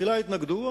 תחילה התנגדו,